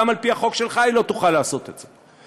גם על-פי החוק שלך היא לא תוכל לעשות את זה.